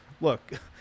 Look